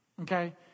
Okay